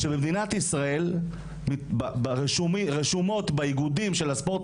במדינת ישראל רשומות באיגודים של הספורט